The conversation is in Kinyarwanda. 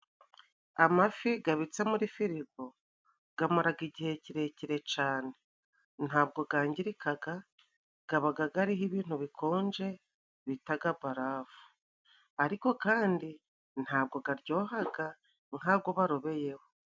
Amafi gabitse muri firigo, gamaraga igihe kirekire cane. Nta bwo gangirikaga gabaga gariho ibintu bikonje bitaga bararafu, ariko kandi ntabwo garyohaga nk'ago barobeyeho.